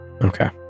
Okay